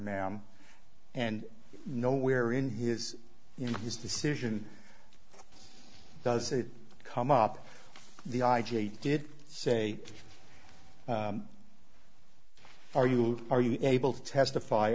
ma'am and no where in his in his decision does it come up the i g did say are you are you able to testify